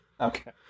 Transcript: Okay